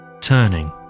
Turning